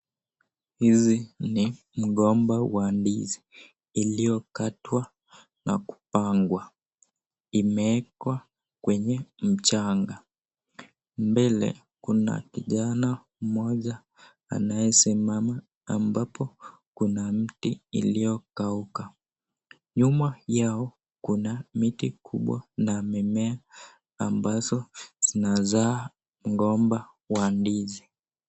These are banana plants, they are bieng planted . There's a boy standing beside a dry tree, behind him there are other banana plants